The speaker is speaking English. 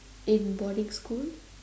in boarding school